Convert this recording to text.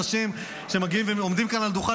אסור לנרמל אנשים שמגיעים ועומדים כאן על הדוכן